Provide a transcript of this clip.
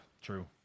True